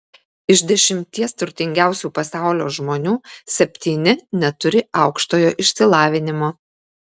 iš dešimties turtingiausių pasaulio žmonių septyni neturi aukštojo išsilavinimo